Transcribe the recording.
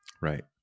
Right